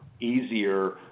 easier